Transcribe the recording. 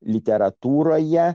literatūrą ją